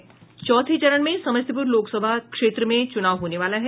चौथे चरण में समस्तीपुर लोकसभा क्षेत्र में चुनाव होने वाला है